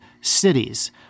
cities—